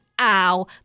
Ow